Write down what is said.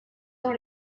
dans